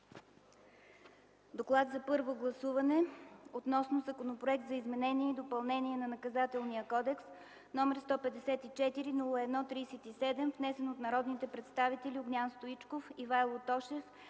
„ДОКЛАД за първо гласуване относно Законопроект за изменение и допълнение на Наказателния кодекс, № 154-01-37, внесен от народните представители Огнян Стоичков, Ивайло Тошев,